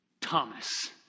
Thomas